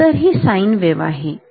तर ही sine wave आहेठीक